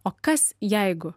o kas jeigu